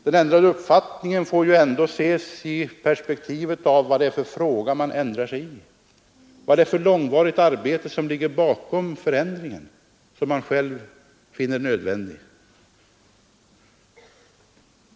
Den ändrade uppfattningen måste ändå ses i perspektivet av vad det är för fråga man ändrar sig i och vad det är för långvarigt arbete som ligger bakom den förändring man själv finner nödvändig.